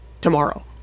tomorrow